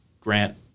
Grant